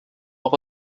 auch